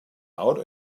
out